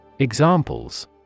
Examples